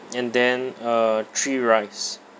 and then uh three rice